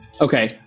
Okay